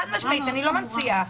חד-משמעית, אני לא ממציאה.